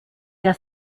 der